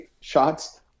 shots